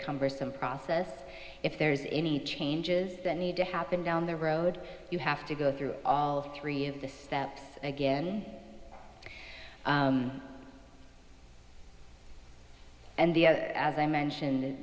cumbersome process if there's any changes that need to happen down the road you have to go through all three of the steps again and the other as i mentioned